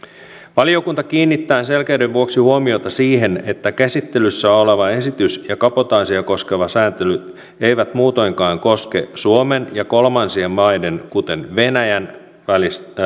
valiokunta kiinnittää selkeyden vuoksi huomiota siihen että käsittelyssä oleva esitys ja kabotaasia koskeva sääntely eivät muutoinkaan koske suomen ja kolmansien maiden kuten venäjän välistä